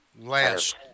last